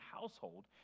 household